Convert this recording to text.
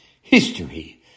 History